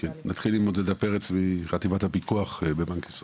נתחיל עם עודדה פרץ מחטיבת הפיקוח בבנק ישראל.